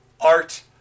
art